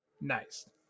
Nice